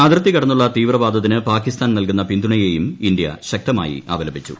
അതിർത്തി കടന്നുള്ള തീവ്രവാദത്തിന് പാക്കി സ്ഥാൻ നൽകുന്ന പിന്തുണയേയും ഇന്ത്യ ശക്തമായി അപലപിച്ചു